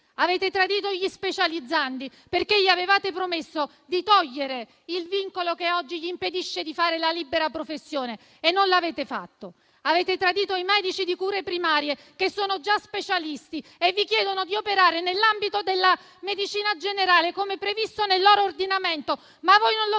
Avete tradito gli specializzandi, perché a loro avevate promesso di togliere il vincolo che oggi impedisce loro di fare la libera professione e non l'avete fatto. Avete tradito i medici di cure primarie, che sono già specialisti e vi chiedono di operare nell'ambito della medicina generale, come previsto nel loro ordinamento. Ma voi non lo fate,